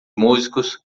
músicos